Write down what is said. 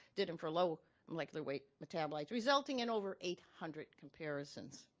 did them for low molecular weight metabolites, resulting in over eight hundred comparisons.